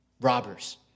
robbers